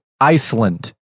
iceland